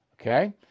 Okay